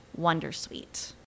Wondersuite